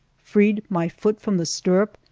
freed my foot from the stirrup,